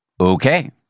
Okay